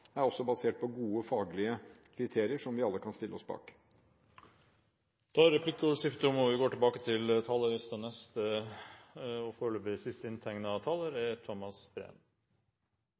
også er basert på gode faglige kriterier som vi alle kan stille oss bak. Replikkordskiftet er omme.